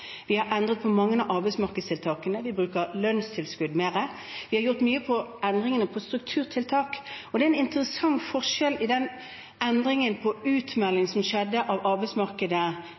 Vi har endret på mange av arbeidsmarkedstiltakene. Vi bruker lønnstilskudd mer. Vi har gjort mange endringer i strukturtiltak, og det er en interessant forskjell i utmeldingen av arbeidsmarkedet som skjedde under den rød-grønne regjeringen, og den som